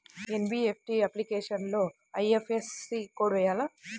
NEFT అప్లికేషన్లో IFSC code వేయాలా?